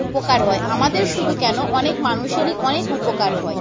উপকার হয় আমাদের শুধু কেন অনেক মানুষেরই অনেক উপকার হয়